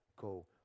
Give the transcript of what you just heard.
go